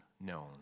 known